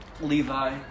Levi